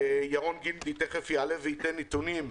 וירון גינדי תיכף יעלה ויציג נתונים.